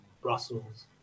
Brussels